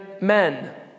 men